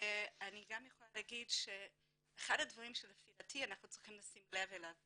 אני גם יכולה להגיד שאחד הדברים שלפי דעתי אנחנו צריכים לשים לב אליו